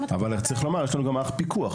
צריך לומר שיש לנו גם מערך פיקוח,